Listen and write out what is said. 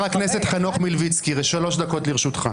חבר הכנסת חנוך מלביצקי, שלוש דקות לרשותך.